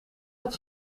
dat